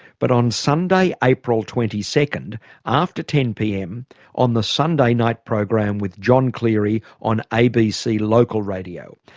but on sunday april twenty second after ten pm on the sunday nights program with john cleary on abc local radio,